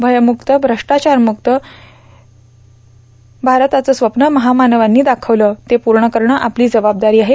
भयमुक्त भ्रष्टाचारमुक्त भारताचं स्वप्न महामानवांनी दाखवलं ते पूर्ण करणे आपली जबाबदारी आहे